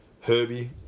Herbie